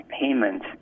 payment